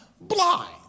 blind